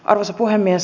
arvoisa puhemies